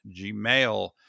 Gmail